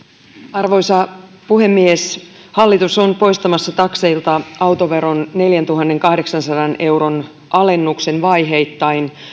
arvoisa puhemies hallitus on poistamassa takseilta autoveron neljäntuhannenkahdeksansadan euron alennuksen vaiheittain